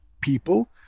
people